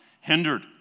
hindered